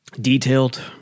detailed